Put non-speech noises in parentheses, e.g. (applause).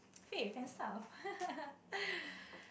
faith and stuff (noise)